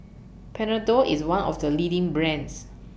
Panadol IS one of The leading brands